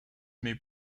may